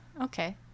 Okay